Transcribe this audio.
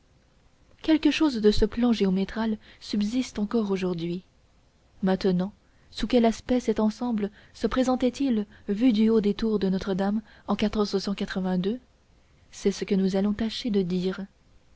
quelque chose de ce plan géométral subsiste encore aujourd'hui maintenant sous quel aspect cet ensemble se présentait-il vu du haut des tours de notre-dame en c'est ce que nous allons tâcher de dire